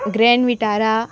grand Vitara